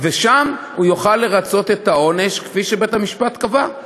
שם הוא יוכל לרצות את העונש כפי שבית-המשפט קבע.